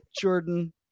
jordan